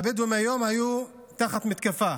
הבדואים היום היו תחת מתקפה